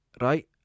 right